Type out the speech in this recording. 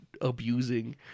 abusing